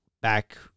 back